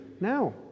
now